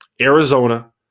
Arizona